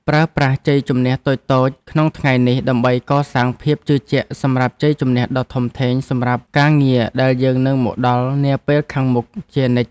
ប្រើប្រាស់ជ័យជម្នះតូចៗក្នុងថ្ងៃនេះដើម្បីកសាងភាពជឿជាក់សម្រាប់ជ័យជម្នះដ៏ធំធេងសម្រាប់ការងារដែលនឹងមកដល់នាពេលខាងមុខជានិច្ច។